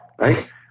right